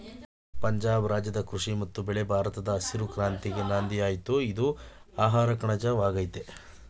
ಪಂಜಾಬ್ ರಾಜ್ಯದ ಕೃಷಿ ಮತ್ತು ಬೆಳೆ ಭಾರತದ ಹಸಿರು ಕ್ರಾಂತಿಗೆ ನಾಂದಿಯಾಯ್ತು ಇದು ಆಹಾರಕಣಜ ವಾಗಯ್ತೆ